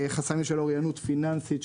חסמים של אוריינות פיננסית,